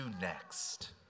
next